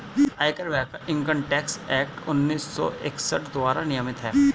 आयकर विभाग income tax act उन्नीस सौ इकसठ द्वारा नियमित है